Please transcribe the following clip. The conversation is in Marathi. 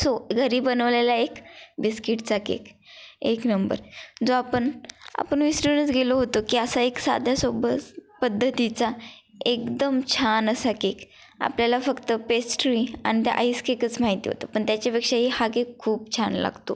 सो घरी बनवलेला एक बिस्किटचा केक एक नंबर जो आपण आपण विसरूनच गेलो होतो की असा एक साध्या सोबत पद्धतीचा एकदम छान असा केक आपल्याला फक्त पेस्ट्री आणि त्या आईस केकच माहिती होतं पण त्याच्यापेक्षाही हा केक खूप छान लागतो